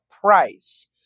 price